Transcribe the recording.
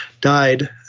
died